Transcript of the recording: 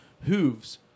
hooves